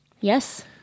Yes